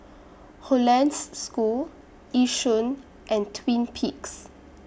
Hollandse School Yishun and Twin Peaks